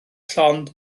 llond